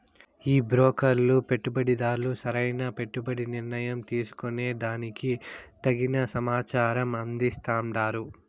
ఈ బ్రోకర్లు పెట్టుబడిదార్లు సరైన పెట్టుబడి నిర్ణయం తీసుకునే దానికి తగిన సమాచారం అందిస్తాండారు